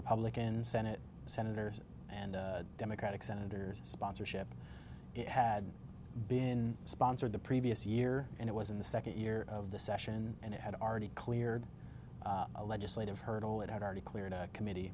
republican senate senators and democratic senators sponsorship it had been sponsored the previous year and it was in the second year of the session and it had already cleared a legislative hurdle it had already cleared a committee